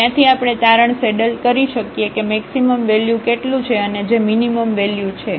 અને ત્યાંથી આપણે તારણ સેડલશકીએ કે મેક્સિમમ વેલ્યુ કેટલું છે અને જે મીનીમમવેલ્યુ છે